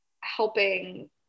helping